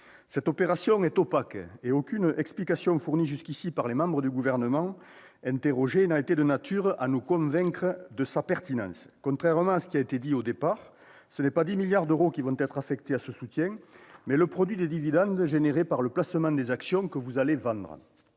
cette opération est opaque et aucune explication fournie jusqu'ici par les membres du Gouvernement interrogés n'a été de nature à nous convaincre de sa pertinence. Contrairement à ce qui a été annoncé au départ, ce ne sont pas 10 milliards d'euros qui vont être affectés au soutien à l'innovation, mais le produit des dividendes générés par le placement des actions que vous allez vendre.